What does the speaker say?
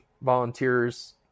volunteers